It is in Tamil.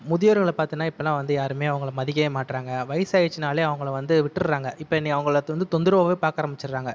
முதியோர்களை பார்த்திங்கன்னா இப்போலாம் வந்து யாருமே அவங்களை மதிக்கவே மாட்டுறாங்க வயது ஆகிடுச்சின்னாலே அவங்களை வந்து விட்டுடுறாங்க இப்போ அவங்கள வந்து தொந்தரவாகவே பார்க்க ஆரம்மிச்சிடுறாங்க